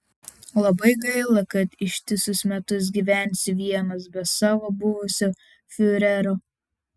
labai gaila kad ištisus metus gyvensi vienas be savo buvusio fiurerio